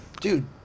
dude